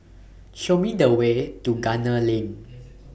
Show Me The Way to Gunner Lane